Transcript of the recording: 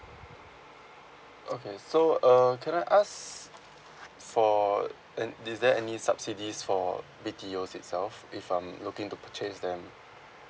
okay so uh can I ask for and is there any subsidies for B_T_Os itself if I'm looking to purchase them